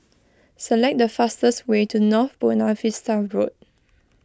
select the fastest way to North Buona Vista Road